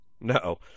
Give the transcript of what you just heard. No